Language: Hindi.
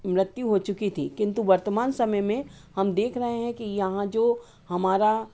मृत्यु हो चुकी थी किन्तु वर्तमान समय में हम देख रहे हैं कि यहाँ जो हमारा